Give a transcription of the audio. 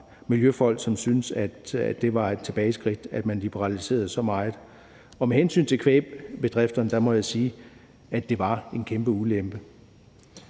miljøfolk, som syntes, at det var et tilbageskridt, at man liberaliserede så meget. Og med hensyn til kvægbedrifterne må jeg sige, at det var en kæmpe ulempe.